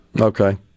Okay